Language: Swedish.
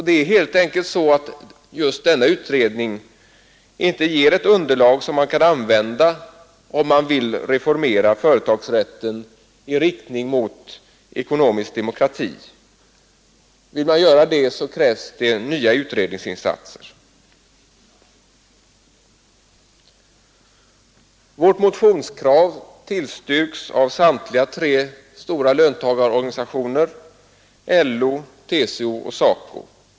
Det är helt enkelt så att just denna utredning inte ger underlag för en reformering av företagsrätten i riktning mot ekonomisk demokrati. Härför krävs nya utredningsinsatser. Vårt motionskrav tillstyrks av samtliga tre stora löntagarorganisatio ner: LO, TCO och SACO.